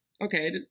okay